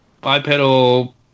bipedal